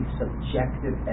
subjective